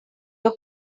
your